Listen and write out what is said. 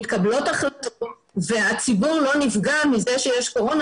מתקבלות החלטות והציבור לא נפגע מזה שיש קורונה,